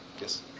Yes